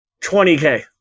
20K